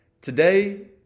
Today